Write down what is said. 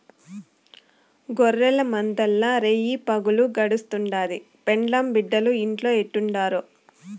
గొర్రెల మందల్ల రేయిపగులు గడుస్తుండాది, పెండ్లాం బిడ్డలు ఇంట్లో ఎట్టుండారో